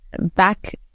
Back